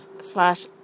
slash